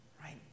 right